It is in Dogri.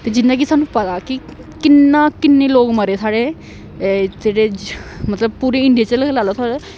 ते जिना कि सानू पता कि किन्ना किन्ने लोक मरे साढ़े जेह्ड़े मतलब पूरे इंडिया च लगाई लैओ तुस